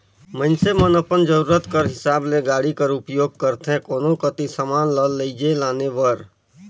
मइनसे मन अपन जरूरत कर हिसाब ले गाड़ी कर उपियोग करथे कोनो कती समान ल लेइजे लाने बर